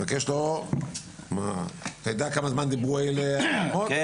אני